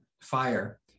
fire